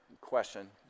question